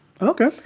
okay